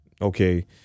Okay